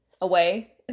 away